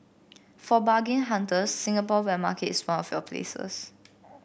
for bargain hunters Singapore wet market is one of your places